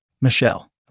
Michelle